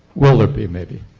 will there be, maybe?